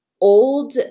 old